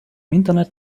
internet